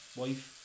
wife